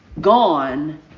gone